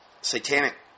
satanic